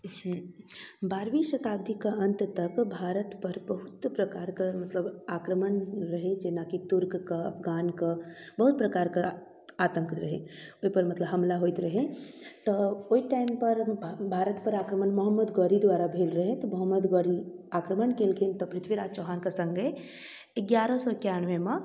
बारहवीं शताब्दीके अन्त तक भारतपर बहुत प्रकारके मतलब आक्रमण भेल रहै जेनाकि तुर्कके अफगानके बहुत प्रकारके आतङ्क रहै ओइपर मतलब हमला होइत रहै तऽ ओइ टाइमपर भारतपर आक्रमण मोहम्मद गोरी द्वारा भेल रहै मोहम्मद गोरी आक्रमण कयलकै तऽ पृथ्वीराज चौहानके सङ्गहि एगारह सए एकानबेमे